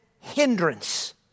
hindrance